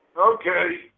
Okay